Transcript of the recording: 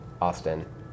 Austin